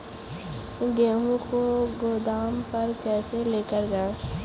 गेहूँ को गोदाम पर कैसे लेकर जाएँ?